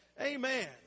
Amen